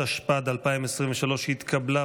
התשפ"ד 2023, נתקבל.